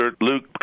Luke